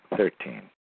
Thirteen